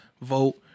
vote